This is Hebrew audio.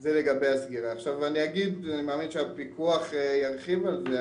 אני מאמין שהפיקוח ירחיב על זה,